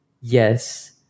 yes